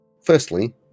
Firstly